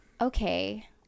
okay